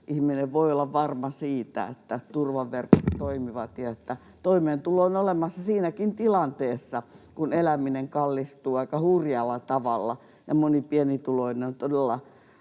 ihminen voi olla varma siitä, että turvaverkot toimivat ja että toimeentulo on olemassa siinäkin tilanteessa, kun eläminen kallistuu aika hurjalla tavalla ja moni pienituloinen on todella